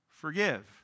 Forgive